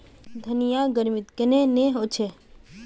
धनिया गर्मित कन्हे ने होचे?